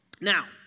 Now